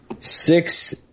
Six